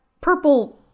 purple